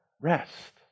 rest